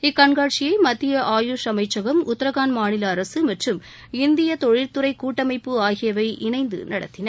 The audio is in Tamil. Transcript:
இக்கண்காட்சியை மத்திய ஆயுஷ் அமைச்சகம் உத்தரகான்ட் மாநில அரசு மற்றும் இந்திய தொழில்துறை கூட்டமைப்பு ஆகியவை இணைந்து நடத்தின